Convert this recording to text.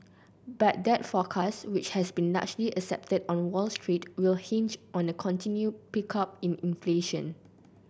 but that forecast which has been largely accepted on Wall Street will hinge on a continued pickup in inflation